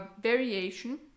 variation